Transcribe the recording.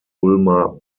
ulmer